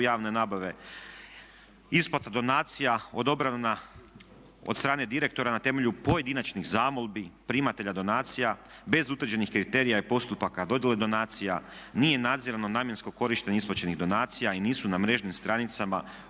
javne nabave, isplata donacija odobrena od strane direktora na temelju pojedinačnih zamolbi primatelja donacija bez utvrđenih kriterija i postupaka, dodjele donacija, nije nadzirano namjensko korištenje isplaćenih donacija i nisu na mrežnim stranicama